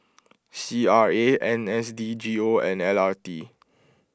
C R A N S D G O and L R T